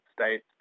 States